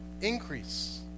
increase